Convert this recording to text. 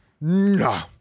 no